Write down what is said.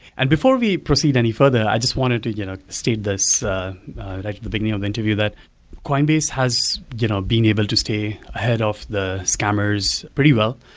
and before we proceed any further, i just wanted to you know state this like at the beginning of the interview that coinbase has you know been able to stay ahead of the scammers pretty well,